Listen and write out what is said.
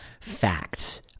facts